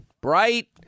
bright